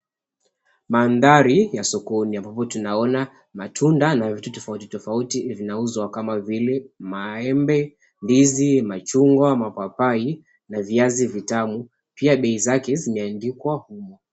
Mandhari ya sokoni, ambapo tunaona matunda na vitu tofauti tofauti vinauzwa kama vile; maembe, ndizi, machungwa, mapapai na viazi vitamu. Pia bei zake zimeandikwa humo.